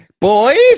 boys